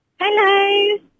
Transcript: Hello